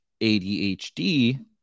ADHD